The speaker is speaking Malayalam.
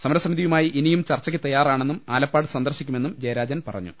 സമരസമിതിയുമായി ഇനിയും ചർച്ചക്ക് തയ്യാറാണെന്നും ആലപ്പാട് സന്ദർശിക്കുമെന്നും ജയരാജൻ പറഞ്ഞു